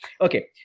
Okay